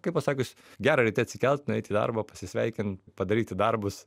kaip pasakius gera ryte atsikelt nueit į darbą pasisveikint padaryti darbus